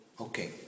Okay